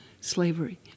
slavery